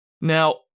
Now